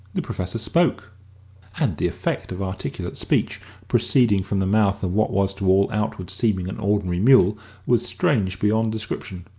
the professor spoke and the effect of articulate speech proceeding from the mouth of what was to all outward seeming an ordinary mule was strange beyond description.